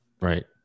right